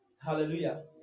Hallelujah